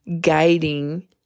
guiding